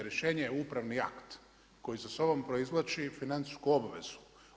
Rješenje je upravni akt koji za sobom proizvlači financijsku obvezu.